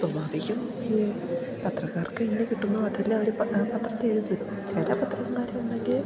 സ്വാഭാവികം പത്രക്കാർക്ക് എന്ത് കിട്ടുന്നോ അതെല്ലാം അവർ പത്രത്തിൽ എഴുതി ഇടും ചില പത്രക്കാർ ഉണ്ടാക്കി